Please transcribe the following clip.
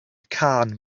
cân